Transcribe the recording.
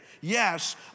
yes